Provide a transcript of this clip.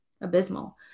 abysmal